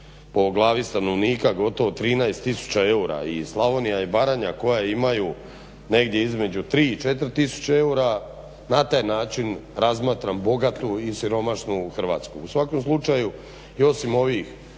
po glavi stanovnika gotovo 13 tisuća eura i Slavonija i Baranja koje imaju negdje između 3 i 4 tisuće eura na taj način razmatram bogatu i siromašnu Hrvatsku. U svakom slučaju i osim ovih